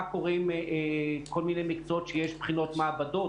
מה קורה עם כל מיני מקצועות שיש בהם בחינות מעבדות,